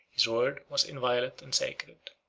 his word was inviolate and sacred.